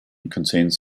contains